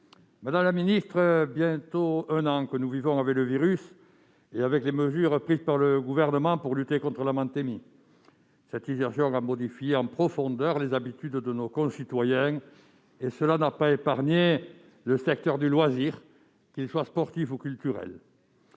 d'État, voilà bientôt un an que nous vivons avec le virus et les mesures prises par le Gouvernement pour lutter contre la pandémie. Cette situation a modifié en profondeur les habitudes de nos concitoyens et n'a pas épargné le secteur du loisir, qu'il soit sportif ou culturel.